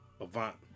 Avant